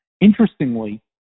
interestingly